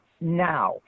now